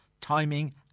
timing